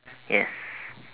yes